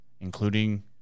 including